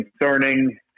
concerning